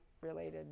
related